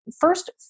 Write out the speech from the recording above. first